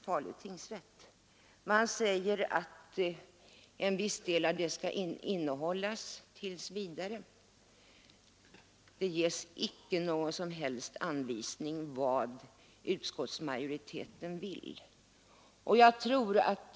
Utskottsmajoriteten anför att en viss del av detta belopp skall innehållas tills vidare, men det ges inte någon som helst anvisning om vad utskottsmajoriteten vill när det gäller tingsrättens fortbestånd.